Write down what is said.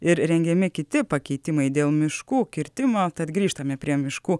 ir rengiami kiti pakeitimai dėl miškų kirtimo tad grįžtame prie miškų